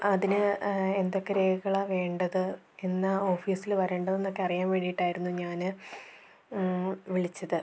അതിന് എന്തൊക്കെ രേഖകളാണ് വേണ്ടത് എന്നാണ് ഓഫീസിൽ വരേണ്ടതെന്നൊക്കെ അറിയാൻ വേണ്ടിയിട്ടായിരുന്നു ഞാൻ വിളിച്ചത്